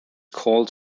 called